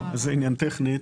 לא, זה עניין טכני.